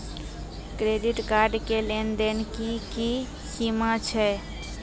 Credit card के लेन देन के की सीमा छै?